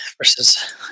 versus